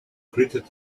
greeted